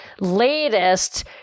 latest